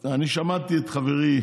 אני שמעתי את חברי